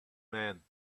man